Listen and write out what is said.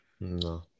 No